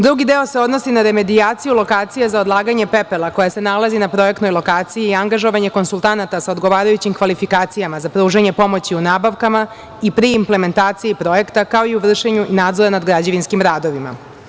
Drugi deo se odnosi na remedijaciju lokacije za odlaganje pepela, koja se nalazi na projektnoj lokaciji i angažovanje konsultanata sa odgovarajućim kvalifikacijama za pružanje pomoći u nabavkama i pri implementaciji projekta, kao i u vršenju nadzora nad građevinskim radovima.